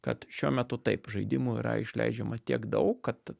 kad šiuo metu taip žaidimų yra išleidžiama tiek daug kad